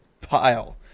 pile